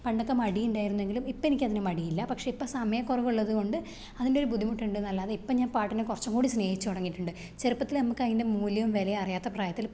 പണ്ടൊക്കെ മടിയുണ്ടായിരുന്നുവെങ്കിലും ഇപ്പം എനിക്കതിന് മടിയില്ല പക്ഷേ ഇപ്പോൾ സമയക്കുറവുള്ളത് കൊണ്ട് അതിൻറ്റൊരു ബുദ്ധിമുട്ടുണ്ടെന്നല്ലാതെ ഇപ്പം ഞാന് പാട്ടിനെ കുറച്ചും കൂടി സ്നേഹിച്ച് തുടങ്ങീട്ടുണ്ട് ചെറുപ്പത്തിലെ നമുക്കതിന്റെ മൂല്യോം വിലയും അറിയാത്ത പ്രായത്തിൽ